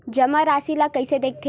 जमा राशि ला कइसे देखथे?